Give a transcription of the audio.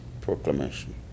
proclamation